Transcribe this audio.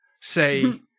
say